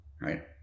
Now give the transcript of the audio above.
right